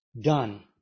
done